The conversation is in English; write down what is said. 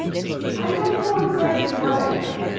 i don't know exactly what i am,